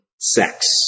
sex